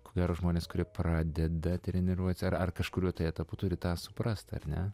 ko gero žmonės kurie pradeda treniruotę ar kažkuriuo tai etapu turi tą suprast ar ne